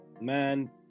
Man